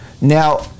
Now